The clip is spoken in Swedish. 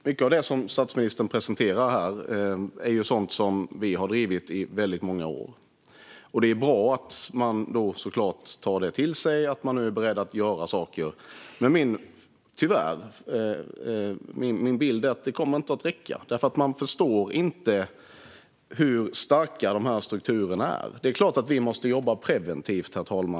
Herr talman! Mycket av det som statsministern presenterar här är sådant som vi har drivit i väldigt många år. Det är bra att man tar det till sig och nu är beredd att göra saker. Men tyvärr är min bild att detta inte kommer att räcka. Man förstår inte hur starka dessa strukturer är. Det är klart att vi måste jobba preventivt.